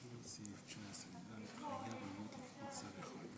חבר הכנסת נחמן שי, בבקשה.